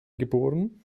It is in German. geboren